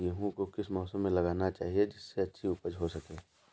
गेहूँ को किस मौसम में लगाना चाहिए जिससे अच्छी उपज हो सके?